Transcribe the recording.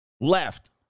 left